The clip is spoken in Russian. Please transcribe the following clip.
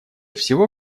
всего